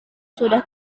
sudah